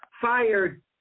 fired